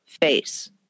face